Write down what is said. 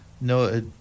no